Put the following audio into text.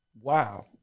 wow